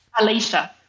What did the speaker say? Alicia